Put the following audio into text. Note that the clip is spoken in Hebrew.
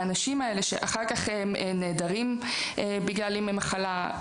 האנשים האלה שאחר כך נעדרים בגלל ימי מחלה,